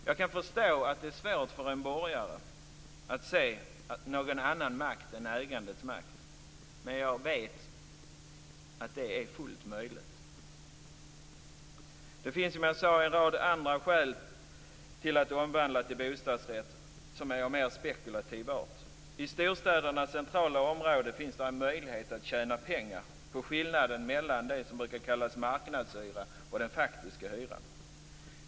Jag kan förstå att det är svårt för en borgare att se någon annan makt än ägandets makt, men jag vet att det är fullt möjligt. Det finns, som jag sade, en rad andra skäl till att omvandla till bostadsrätt, som är av mer spekulativ art. I storstädernas centrala områden finns det möjligheter att tjäna pengar på skillnaden mellan det som brukar kallas marknadshyra och den faktiska hyran.